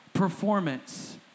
performance